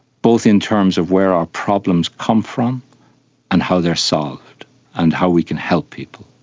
both in terms of where our problems come from and how they are solved and how we can help people,